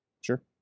sure